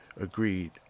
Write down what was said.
agreed